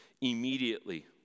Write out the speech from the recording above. Immediately